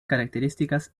características